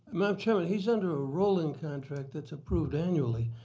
madam chairman, he's under a rolling contract that's approved annually.